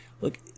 Look